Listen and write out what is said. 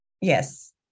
Yes